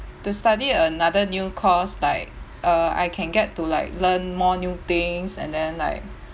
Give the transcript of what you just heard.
to study another new course like uh I can get to like learn more new things and then like